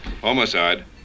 Homicide